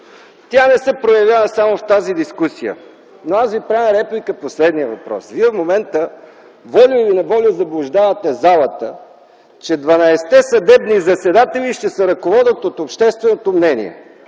Тя не се проявява само в тази дискусия. Но аз Ви правя реплика по следния въпрос. Вие в момента волю или неволю заблуждавате залата, че дванадесетте съдебни заседатели ще се ръководят от общественото мнение.